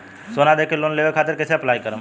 सोना देके लोन लेवे खातिर कैसे अप्लाई करम?